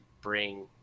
bring